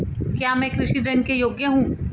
क्या मैं कृषि ऋण के योग्य हूँ?